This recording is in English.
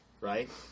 right